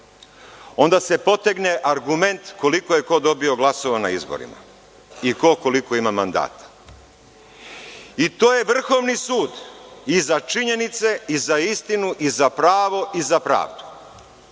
onda se potegne argument koliko je ko dobio glasova na izborima i ko koliko ima mandata. To je Vrhovni sud, i za činjenice i za istinu i za pravo i za pravdu.